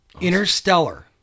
Interstellar